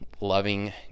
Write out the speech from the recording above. loving